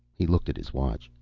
he looked at his watch.